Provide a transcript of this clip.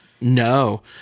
No